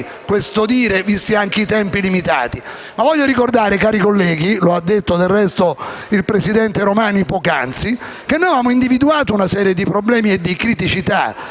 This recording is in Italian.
grazie a tutto